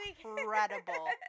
incredible